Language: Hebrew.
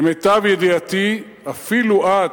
למיטב ידיעתי, אפילו את,